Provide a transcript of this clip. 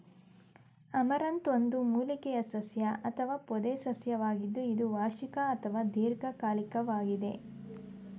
amaranth ಒಂದು ಮೂಲಿಕೆಯ ಸಸ್ಯ ಅಥವಾ ಪೊದೆಸಸ್ಯವಾಗಿದ್ದು ಇದು ವಾರ್ಷಿಕ ಅಥವಾ ದೀರ್ಘಕಾಲಿಕ್ವಾಗಿದೆ